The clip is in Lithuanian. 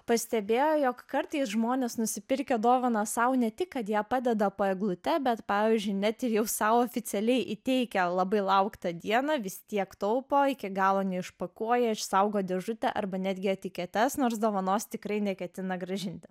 pastebėjo jog kartais žmonės nusipirkę dovaną sau ne tik kad ją padeda po eglute bet pavyzdžiui net ir jau sau oficialiai įteikę labai lauktą dieną vis tiek taupo iki galo neišpakuoja išsaugo dėžutę arba netgi etiketes nors dovanos tikrai neketina grąžinti